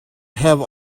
have